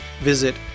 visit